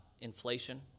inflation